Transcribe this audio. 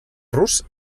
rus